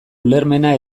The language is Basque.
ulermena